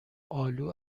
آلو